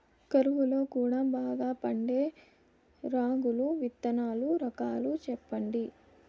కరువు లో కూడా బాగా పండే రాగులు విత్తనాలు రకాలు చెప్పండి?